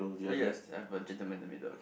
ya I have a gentleman in the middle